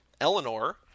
Eleanor